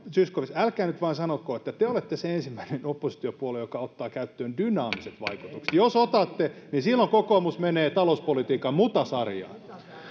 zyskowicz älkää nyt vain sanoko että te te olette se ensimmäinen oppositiopuolue joka ottaa käyttöön dynaamiset vaikutukset jos otatte niin silloin kokoomus menee talouspolitiikan mutasarjaan